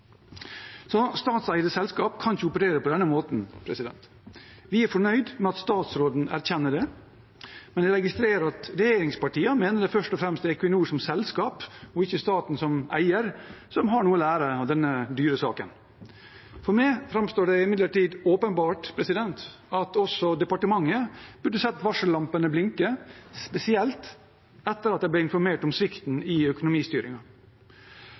Statseide selskaper kan ikke operere på denne måten. Vi er fornøyd med at statsråden erkjenner det, men jeg registrerer at regjeringspartiene mener det først og fremst er Equinor som selskap og ikke staten som eier som har noe å lære av denne dyre saken. For meg framstår det imidlertid åpenbart at også departementet burde sett varsellampene blinke, spesielt etter at det ble informert om svikten i